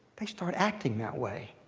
they start acting that way.